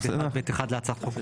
1(ב1)(1)(ב)(1) להצעת החוק,